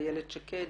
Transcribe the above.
איילת שקד,